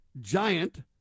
giant